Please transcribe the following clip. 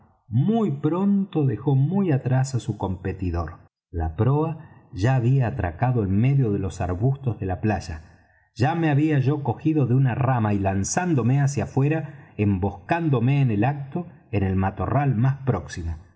muy pronto dejó muy atrás á su competidor la proa ya había atracado en medio de los arbustos de la playa ya me había yo cogido de una rama y lanzádome hacia fuera emboscándome en el acto en el matorral más próximo